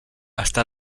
està